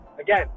again